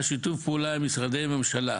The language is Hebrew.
שיתוף הפעולה עם משרדי הממשלה,